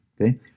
Okay